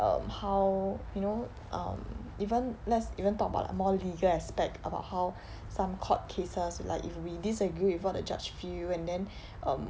um how you know um even let's even talk about like more legal aspect about how some court cases like if we disagree with what the judge feel and then um